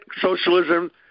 socialism